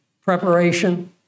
preparation